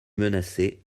menacés